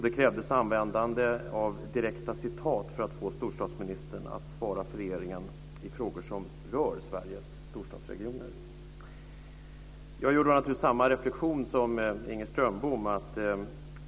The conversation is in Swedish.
Det krävdes användande av direkta citat för att få storstadsministern att svara för regeringen i frågor som rör Sveriges storstadsregioner. Jag gör naturligtvis samma reflexion som Inger Strömbom.